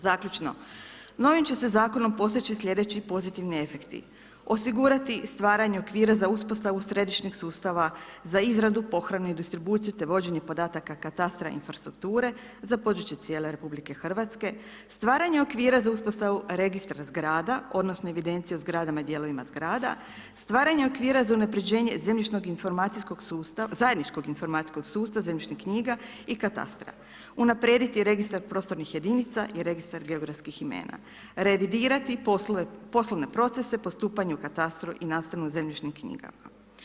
Zaključno, novim će se zakonom postići slijedeći pozitivni efekti, osiguranje stvaranja okvira za uspostavu središnjeg sustava za izradu, pohranu i distribuciju te vođenje katastra infrastrukture za područje cijele RH, stvaranje okvira za uspostavu registra zgrada odnosno evidencije o zgradama i dijelovima zgrada, stvaranje okvira za unapređenje zemljišno informacijskog, zajedničkog informacijskog sustava zemljišnih knjiga i katastra, unaprijediti registar prostornih jedinica i registar geografskih imena, revidirati poslovne procese, postupanje u katastru i nastavno zemljišnim knjigama.